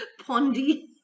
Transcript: Pondy